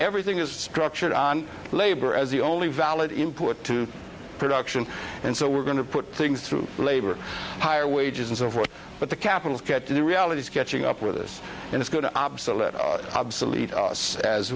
everything is structured on labor as the only valid input to production and so we're going to put things through labor higher wages and so forth but the capital cut to the reality is catching up with us and it's going to absolutely obsolete us as